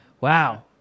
Wow